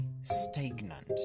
stagnant